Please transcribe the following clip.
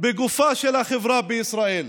בגופה של החברה בישראל.